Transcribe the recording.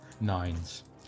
nines